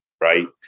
right